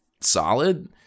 solid